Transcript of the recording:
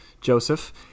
Joseph